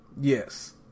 Yes